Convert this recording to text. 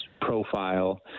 profile